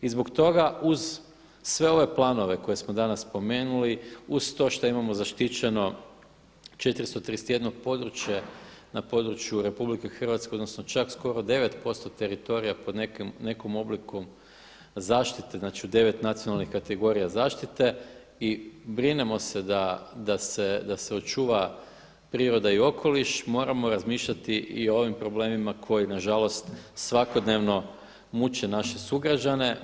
I zbog toga uz sve ove planove koje smo danas spomenuli, uz to što imamo zaštićeno 431 područje na području RH odnosno čak skoro 9% teritorija pod nekim oblikom zaštite, znači u 9 nacionalnih kategorija zaštite i brinemo se da se očuva priroda i okoliš, moramo razmišljati i o ovim problemima koji nažalost svakodnevno muče naše sugrađane.